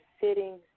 sitting